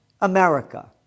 america